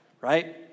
right